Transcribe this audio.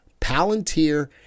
Palantir